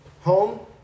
home